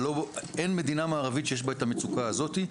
אבל אין מדינה מערבית שיש בה את המצוקה הזאת.